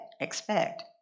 expect